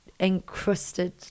encrusted